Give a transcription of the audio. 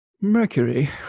Mercury